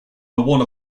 one